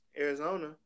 Arizona